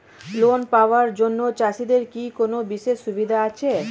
Loan পাওয়ার জন্য চাষিদের কি কোনো বিশেষ সুবিধা আছে?